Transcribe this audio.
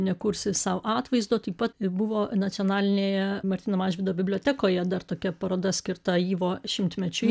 nekursi sau atvaizdo taip pat buvo nacionalinėje martyno mažvydo bibliotekoje dar tokia paroda skirta yvo šimtmečiui